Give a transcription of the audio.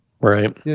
right